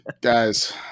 guys